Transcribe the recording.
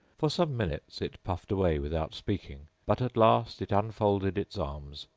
for some minutes it puffed away without speaking, but at last it unfolded its arms,